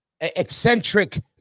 eccentric